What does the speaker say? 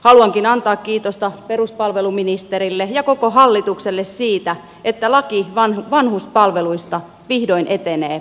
haluankin antaa kiitosta peruspalveluministerille ja koko hallitukselle siitä että laki vanhuspalveluista vihdoin etenee eduskunnassa